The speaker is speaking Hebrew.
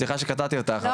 סליחה שקטעתי אותך.